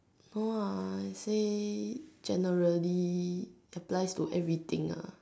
no ah say generally applies to everything ah